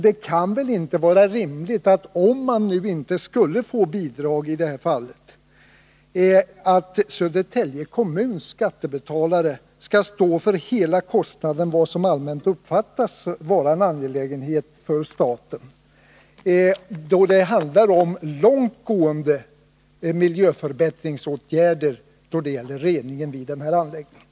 Det kan väl inte vara rimligt, att om det nu inte skulle lämnas bidrag i det här fallet, Södertälje kommuns skattebetalare skall stå för hela kostnaden, trots att det allmänt uppfattas vara en angelägenhet för staten. Då det gäller reningen vid den här anläggningen handlar det ju om långtgående miljöförbättringsåtgärder.